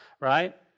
right